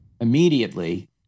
immediately